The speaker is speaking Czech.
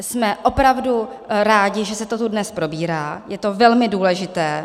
Jsme opravdu rádi, že se tohle dnes probírá, je to velmi důležité.